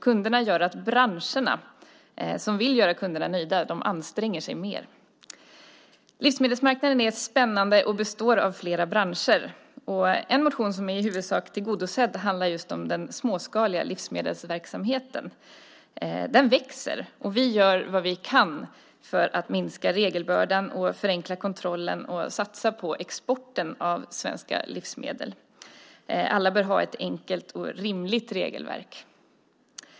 Kunderna gör att branscherna - som vill göra kunderna nöjda - anstränger sig mer. Livsmedelsmarknaden är spännande och består av flera branscher. En motion, som i huvudsak är tillgodosedd, handlar om den småskaliga livsmedelsverksamheten. Den växer, och vi gör vad vi kan för att minska regelbördan, förenkla kontrollen och satsa på exporten av svenska livsmedel. Alla bör ha ett enkelt och rimligt regelverk.